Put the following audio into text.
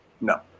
No